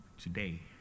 Today